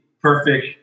perfect